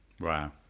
Wow